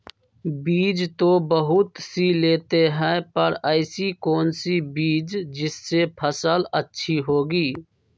बीज तो बहुत सी लेते हैं पर ऐसी कौन सी बिज जिससे फसल अच्छी होगी?